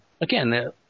again